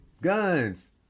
guns